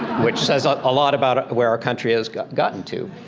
which says ah a lot about where our country has gotten to.